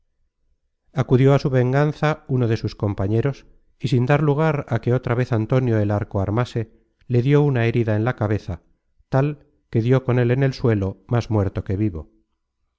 acudió a su venganza uno de sus compañeros y sin dar lugar á que otra vez antonio el arco armase le dió una herida en la cabeza tal que dió con él en el suelo más muerto que vivo